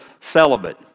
celibate